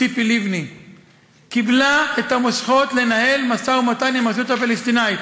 ציפי לבני קיבלה את המושכות לנהל משא-ומתן עם הרשות הפלסטינית.